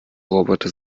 roboter